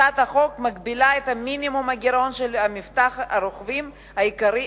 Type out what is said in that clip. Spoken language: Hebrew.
הצעת החוק מגבילה את מינימום הגירעון של מבטח הרוכבים העיקרי,